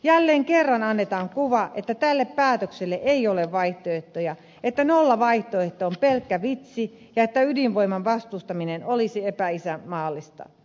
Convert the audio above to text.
jälleen kerran annetaan kuva että tälle päätökselle ei ole vaihtoehtoja että nollavaihtoehto on pelkkä vitsi ja että ydinvoiman vastustaminen olisi epäisänmaallista